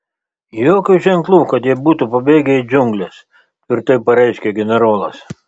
jokių ženklų kad jie būtų pabėgę į džiungles tvirtai pareiškė generolas